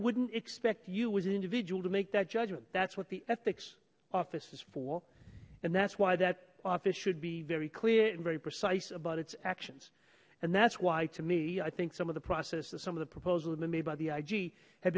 wouldn't expect you as an individual to make that judgment that's what the ethics office is for and that's why that office should be very clear and very precise about its actions and that's why to me i think some of the process that some of the proposal made by the ig ha